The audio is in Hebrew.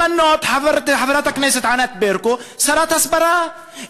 למנות את חברת הכנסת ענת ברקו לשרת הסברה,